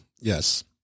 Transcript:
Yes